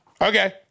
Okay